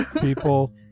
people